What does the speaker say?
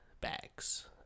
bags